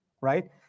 right